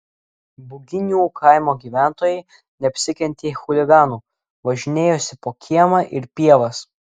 buginių kaimo gyventojai neapsikentė chuliganų važinėjosi po kiemą ir pievas